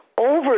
over